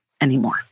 anymore